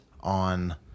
on